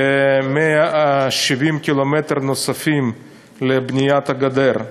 כ-170 קילומטרים נוספים לבניית הגדר.